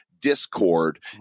discord